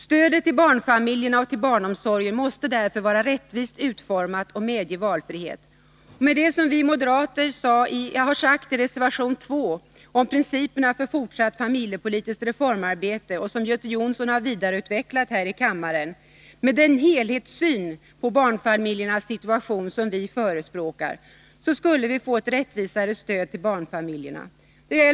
Stödet till barnfamiljerna och till barnomsorgen måste således vara rättvist utformat. Valfrihet måste medges. Det som vi moderater har sagt i reservation 2 om principerna för fortsatt familjepolitiskt reformarbete och som Göte Jonsson har vidareutvecklat här i kammaren innebär ett rättvisare stöd till barnfamiljerna och en helhetssyn på barnfamiljernas situation.